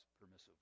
permissive